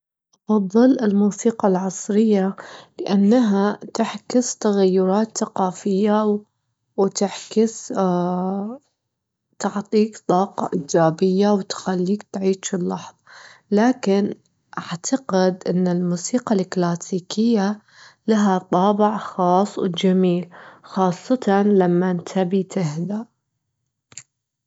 أفضل الموسيقى العصرية، لأنها تعكس تغيرات ثقافية، وتعكس تعطيك طاقة إيجابية تخليك تعيش اللحظة، لكن أعتقد إن الموسيقى الكلاسيكية لها طابع خاص وجميل، خاصةً لمان تبي تهدى.